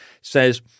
says